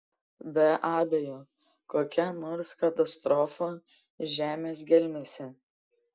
be abejo kokia nors katastrofa žemės gelmėse